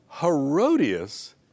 Herodias